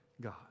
God